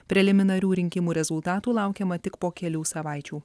preliminarių rinkimų rezultatų laukiama tik po kelių savaičių